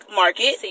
market